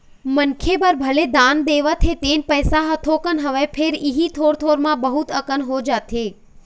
मनखे बर भले दान देवत हे तेन पइसा ह थोकन हवय फेर इही थोर थोर म बहुत अकन हो जाथे